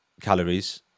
calories